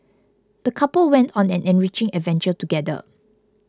the couple went on an enriching adventure together